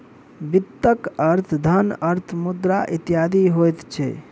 वित्तक अर्थ धन, अर्थ, मुद्रा इत्यादि होइत छै